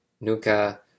nuka